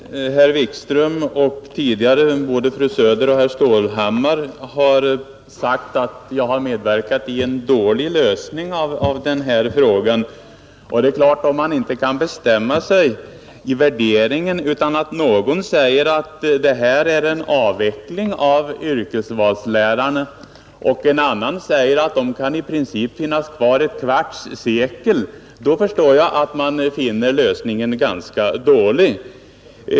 Fru talman! Herr Wikström och tidigare fru Söder och herr Stålhammar har sagt att jag medverkat till en dålig lösning av denna fråga. Ja, kan man inte ena sig om en värdering utan någon säger att detta är en avveckling av yrkesvalslärarna och en annan säger att de i princip kan finnas” kvar i ett kvarts sekel, så förstår jag att man finner lösningen ganska dålig.